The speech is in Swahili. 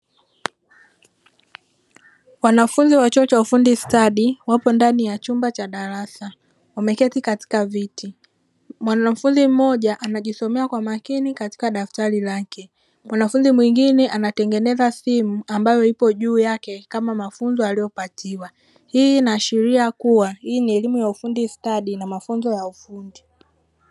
Wanafunzi wa chuo cha ufundi stadi wapo ndani ya chumba cha darasa wameketi katika viti, mwanafunzi mmoja anajisomea kwa makini katika daftari lake mwanafunzi mwingine anatengeneza simu ambayo ipo juu yake kama mafunzo aliyopatiwa, hii inaashiria kuwa ni elimu ya ufundi stadi na mafunzo ya ufundi.